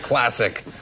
classic